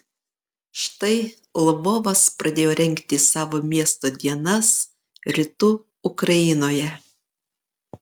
štai lvovas pradėjo rengti savo miesto dienas rytų ukrainoje